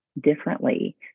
differently